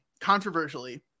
controversially